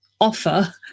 offer